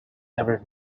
ever